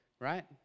right